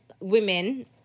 women